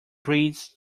breeds